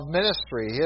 ministry